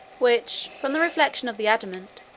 which, from the reflection of the adamant,